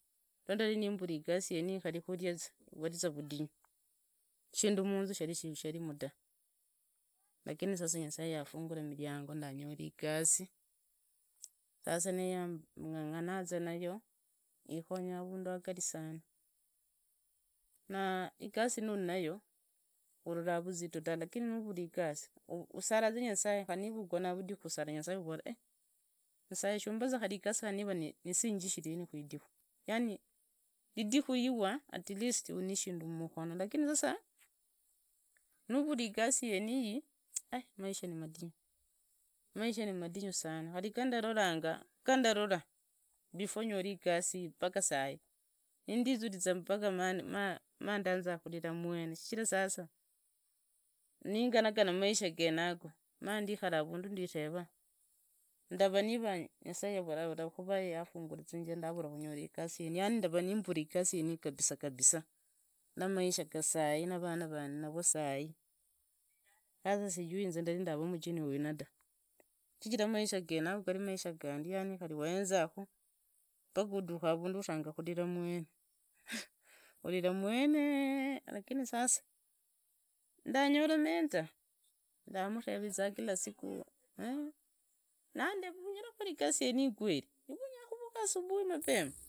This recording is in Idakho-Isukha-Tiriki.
Rum ndari nimbushe iyaasi yeniye kari kuria za yari vudiyu, shindu munzu sharimu da. Lakini sasa nyasaye yatunguria miriango ndanyora igosi, sasa niya yanyanyanaza nayo, ingonya avundu anyari sana. Na igasi yeneyi nayo ororo vazitu dave, lakini nuvura igasi usaraza nyasaye ovora ei nyasaye shumbazu igasi kari niva ni ya siringi shisini kwidiko. Yani ridikiza rifwa, at least uri nishindu mukuno. Lakini sasa nuvura igasi yeniyi ai maisha nanadinyu. Maisha namadinyu sana, gandaranga before nyure iyasi iyi mpaka sai, nindiziruza mpaka mandanza kurira avundu nditera ndava niva, nyasaye aravura kuva yafungula zinzira ndaakura kunyola igasi yaniye, yani ndovu nimbusaa igasi yeniye kabisa na maisha ya saa hii, na vina vandu navo saa hii sasa sijui inze ndari ndava mugeni winda. shijira maisha yenayo gari maisha gandi kari wahenzaku paka uduka avundu utanya kusira ive mwene, urira mwene lakini sasa ndanyora mentor ndamtereriza kila siku, eeh, nandera unyakukora igasi yeniye kweri, ive unya kuvuka asubuhi mapema.